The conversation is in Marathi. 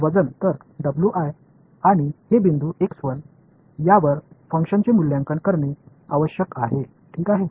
वजन तर आणि हे बिंदू यावर फंक्शनचे मूल्यांकन करणे आवश्यक आहे ठीक आहे